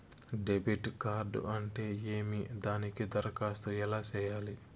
debit card అంటే ఏమి దానికి దరఖాస్తు ఎలా సేయాలి